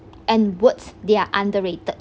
and words they are underrated